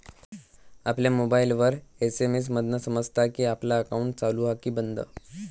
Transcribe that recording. आपल्या मोबाईलवर एस.एम.एस मधना समजता कि आपला अकाउंट चालू हा कि बंद